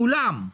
כולם,